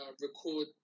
record